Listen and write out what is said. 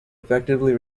effectively